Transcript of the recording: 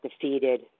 defeated